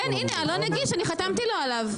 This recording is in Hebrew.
כן, הנה אלון הגיש, אני חתמתי לו עליו.